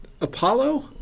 Apollo